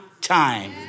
time